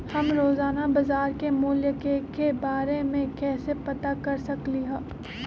हम रोजाना बाजार के मूल्य के के बारे में कैसे पता कर सकली ह?